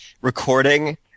recording